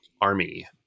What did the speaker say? army